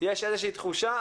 שישנה איזושהי תחושה,